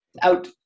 Out